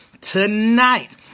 tonight